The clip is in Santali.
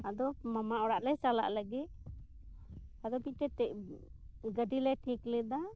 ᱟᱫᱚ ᱢᱟᱢᱟ ᱚᱲᱟᱜ ᱞᱮ ᱪᱟᱞᱟᱜ ᱞᱟᱹᱜᱤᱫ ᱟᱫᱚ ᱪᱤᱠᱟᱹᱛᱮ ᱜᱟᱹᱰᱤ ᱞᱮ ᱴᱷᱤᱠ ᱞᱮᱫᱟ